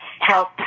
help